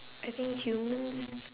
I think humans